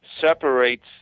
separates